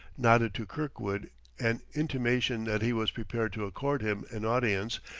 nodded to kirkwood an intimation that he was prepared to accord him an audience,